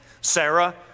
Sarah